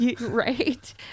Right